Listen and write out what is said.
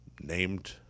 Named